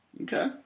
Okay